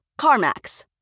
CarMax